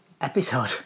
Episode